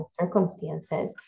circumstances